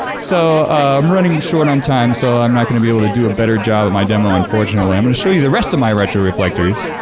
so i'm running short on time so i'm not going to be able to do a better job at my demo, unfortunately. i'm going and to show you the rest of my retroflectors.